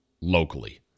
locally